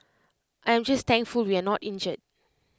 I am just thankful we are not injured